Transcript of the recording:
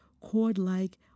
cord-like